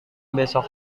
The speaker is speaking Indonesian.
besok